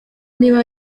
niba